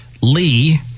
Lee